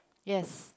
yes